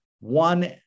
one